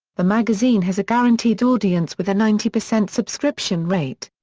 the magazine has a guaranteed audience with a ninety percent subscription rate.